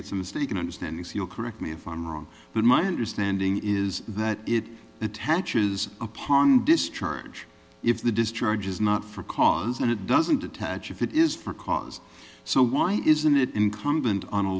it's a mistake and understands your correct me if i'm wrong but my understanding is that it attaches upon discharge if the discharge is not for cause and it doesn't attach if it is for cause so why isn't it incumbent on a